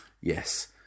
Yes